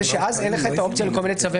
הוא שאז אין לך את האופציה לכל מיני צווי